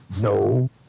No